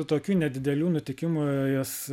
tokių nedidelių nutikimų juos